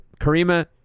Karima